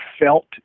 felt